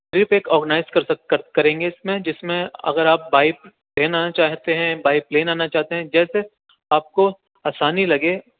trip ایک organise کر سکتے کر کریں گے اِس میں جس میں اگر آپ بائی ٹرین آنا چاہتے ہیں بائی پلین آنا چاہتے ہیں جیسے آپ کو آسانی لگے